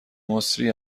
مسری